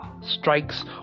strikes